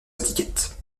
étiquette